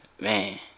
Man